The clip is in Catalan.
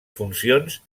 funcions